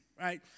right